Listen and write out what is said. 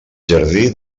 jardí